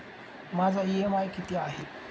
माझा इ.एम.आय किती आहे?